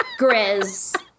Grizz